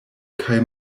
kaj